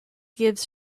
gives